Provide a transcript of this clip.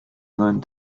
sein